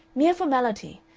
mere formality.